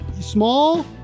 small